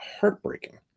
heartbreaking